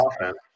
offense